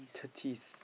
thirties